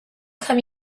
come